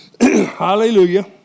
Hallelujah